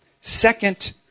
Second